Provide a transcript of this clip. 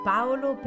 Paolo